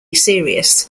serious